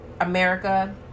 America